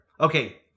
Okay